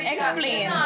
Explain